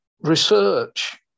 research